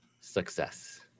success